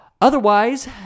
Otherwise